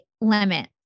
limit